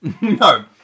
No